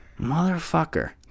Motherfucker